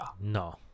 no